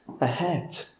ahead